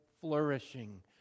flourishing